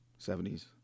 70s